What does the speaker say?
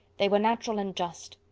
they were natural and just.